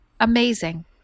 Amazing